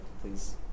please